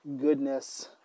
goodness